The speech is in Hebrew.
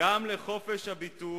לחופש הביטוי,